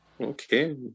Okay